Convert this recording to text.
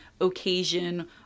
occasion